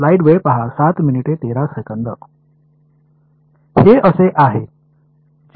हे असे आहे जे हे बेस फंक्शन्ससारखे दिसते